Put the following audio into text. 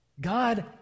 God